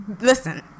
listen